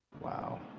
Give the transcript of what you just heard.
Wow